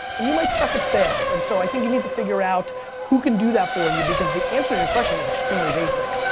and you might suck at sales, and so i think you need to figure out who can do that for you, because the answer to your question is extremely basic.